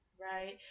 right